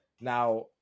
Now